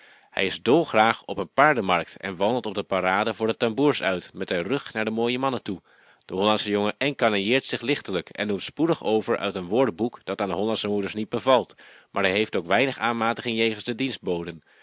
hij is dolgraag op een paardemarkt en wandelt op de parade voor de tamboers uit met den rug naar de mooie mannen toe de hollandsche jongen encanailleert zich lichtelijk en noemt spoedig over uit een woordenboek dat aan hollandsche moeders niet bevalt maar hij heeft ook weinig aanmatiging jegens de